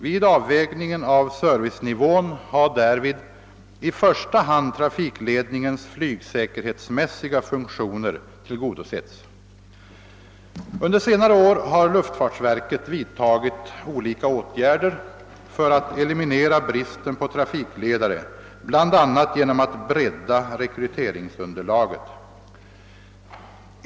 Vid avvägningen av servicenivån har därvid i första hand trafikledningens flygsäkerhetsmässiga funktioner tillgodosetts. Under senare år har luftfartsverket vidtagit olika åtgärder för att eliminera bristen på trafikledare, bl.a. genom att bredda rekryteringsunderlaget.